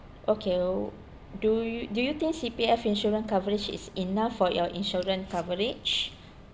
okay w~ do you do you think C_P_F insurance coverage is enough for your insurance coverage